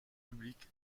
publique